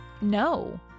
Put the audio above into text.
No